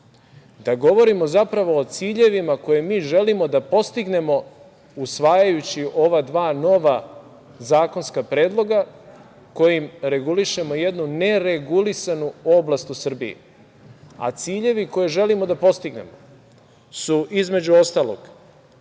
da govorimo, zapravo, o ciljevima koje mi želimo da postignemo usvajajući ova dva nova zakonska predloga kojim regulišemo jednu neregulisanu oblast u Srbiji. Ciljevi koje želimo da postignemo su, između ostalog,